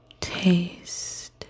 Taste